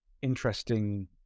interesting